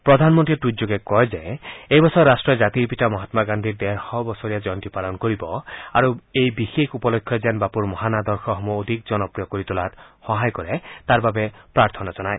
প্ৰধানমন্ত্ৰীয়ে টুইটযোগে কয় যে এইবছৰ ৰাট্টই জাতিৰ পিতা গান্ধীৰ ডেৰশ বছৰীয়া জয়ন্তী পালন কৰিব আৰু এই বিশেষ উপলক্ষই যেন বাপুৰ মহান আদৰ্শসমূহ অধিক জনপ্ৰিয় কৰি তোলাত সহায় কৰে তাৰ বাবে প্ৰাৰ্থনা জনায়